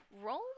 Roll